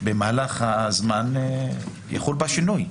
במהלך הזמן, יחול בה שינוי.